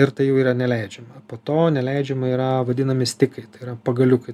ir tai jau yra neleidžiama po to neleidžiama yra vadinami stikai tai yra pagaliukai